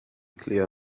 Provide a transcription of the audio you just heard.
clear